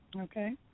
Okay